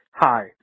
Hi